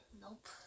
Nope